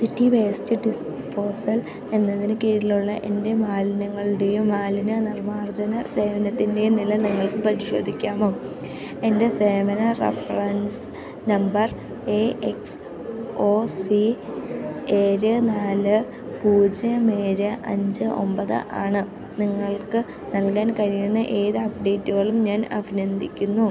city waste disposal എന്നതിനു കീഴിലുള്ള എന്റെ മാലിന്യങ്ങളുടെയും മാലിന്യ നിർമ്മാർജ്ജന സേവനത്തിന്റെയും നില നിങ്ങൾക്ക് പരിശോധിക്കാമോ എന്റെ സേവന reference number A X O C ഏഴ് നാല് പൂജ്യം ഏഴ് അഞ്ച് ഒമ്പത് ആണ് നിങ്ങൾക്ക് നൽകാൻ കഴിയുന്ന ഏത് അപ്ഡേറ്റുകളും ഞാൻ അഭിനന്ദിക്കുന്നു